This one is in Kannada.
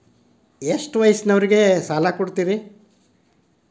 ಎಷ್ಟ ವಯಸ್ಸಿನವರಿಗೆ ಸಾಲ ಕೊಡ್ತಿರಿ?